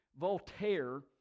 Voltaire